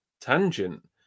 tangent